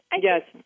Yes